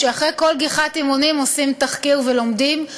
שאחרי כל גיחת אימונים עושים תחקיר ולומדים,